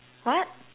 what